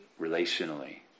relationally